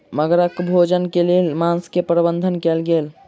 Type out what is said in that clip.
मगरक भोजन के लेल मांस के प्रबंध कयल गेल